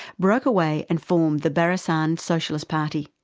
broke away and formed the barisan socialist party.